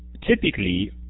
Typically